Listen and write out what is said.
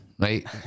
right